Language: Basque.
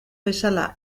bezala